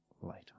later